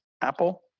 Apple